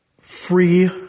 free